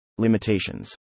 Limitations